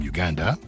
Uganda